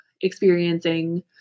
experiencing